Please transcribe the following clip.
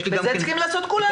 זו דוגמה שכולם צריכים לעשות.